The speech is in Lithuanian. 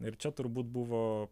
ir čia turbūt buvo